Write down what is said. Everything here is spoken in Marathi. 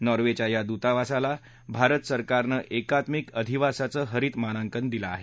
नार्वेच्या या दुतावासाला भारत सरकारनं एकात्मिक अधिवासाचं हरित मानांकन दिलं आहे